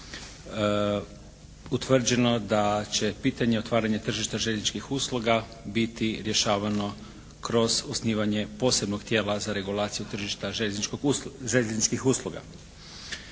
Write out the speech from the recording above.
utvrđeno da će pitanje otvaranja tržišta željezničkih usluga biti rješavano kroz osnivanje posebnog tijela za regulaciju tržišta željezničkih usluga.